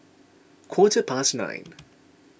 quarter past nine